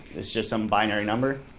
is just some binary number,